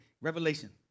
Revelation